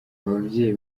ababyeyi